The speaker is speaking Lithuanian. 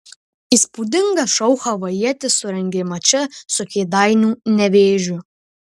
įspūdingą šou havajietis surengė mače su kėdainių nevėžiu